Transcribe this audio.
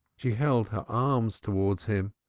she held her arms towards him.